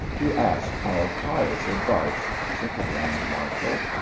to ask our pious advice, said the grand marshal.